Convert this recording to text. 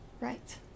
right